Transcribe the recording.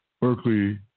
Berkeley